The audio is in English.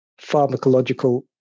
pharmacological